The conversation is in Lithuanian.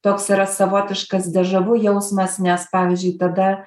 toks yra savotiškas dežavu jausmas nes pavyzdžiui tada